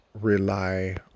rely